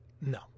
No